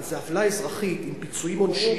אבל זו עוולה אזרחית עם פיצויים עונשיים,